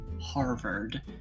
harvard